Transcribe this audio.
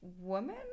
woman